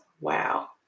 Wow